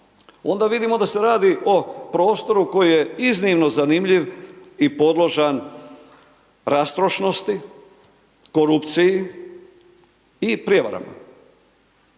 onda vidimo da se radi o prostoru koji je iznimno zanimljiv i podložan rastrošnosti, korupciji i prevarama.